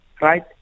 Right